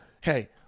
hey